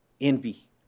envy